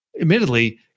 Admittedly